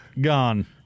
gone